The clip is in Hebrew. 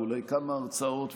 ואולי כמה הרצאות,